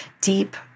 deep